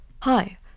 Hi